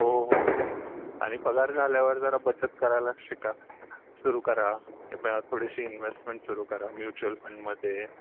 हो हो हो आणि पगार झाल्यावर जरा बचत करायला शिका सुरू करा पण थोडीशी इन्वेस्टमेंट सुरू करा म्युच्युअल फंडमध्ये